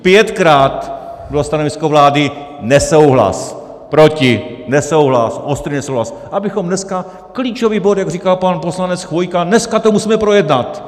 Pětkrát bylo stanovisko vlády nesouhlas, proti, nesouhlas, ostrý nesouhlas, abychom dneska klíčovým bodem říkal pan poslanec Chvojka dneska to musíme projednat!